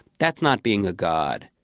that's not being a god.